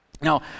Now